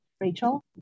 Rachel